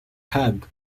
tag